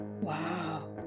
Wow